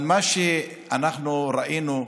מה שאנחנו ראינו,